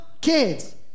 kids